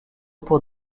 pour